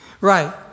Right